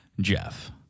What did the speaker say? Jeff